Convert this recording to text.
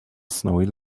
snowy